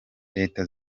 leta